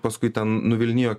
paskui ten nuvilnijo